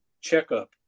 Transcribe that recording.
checkup